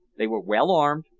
they were well-armed,